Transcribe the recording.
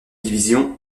division